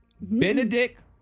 Benedict